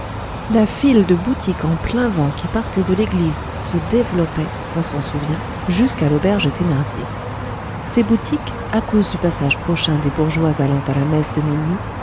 la file de boutiques en plein vent qui partait de l'église se développait on s'en souvient jusqu'à l'auberge thénardier ces boutiques à cause du passage prochain des bourgeois allant à la messe de minuit